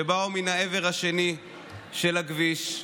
שבאו מן העבר השני של הכביש,